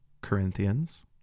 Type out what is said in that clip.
corinthians